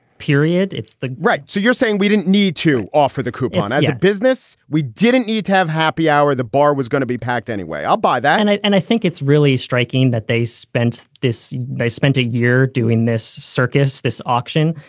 period it's the right. so you're saying we didn't need to offer the coupon as a business? we didn't need to have happy hour. the bar was gonna be packed anyway. i'll buy that and i and i think it's really striking that they spent this. they spent a year doing this circus, this auction.